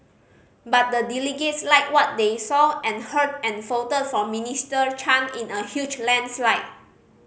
but the delegates liked what they saw and heard and fought for Minister Chan in a huge landslide